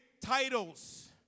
titles